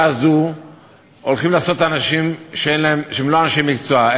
הזאת הולכים לעשות אנשים שהם לא אנשי מקצוע,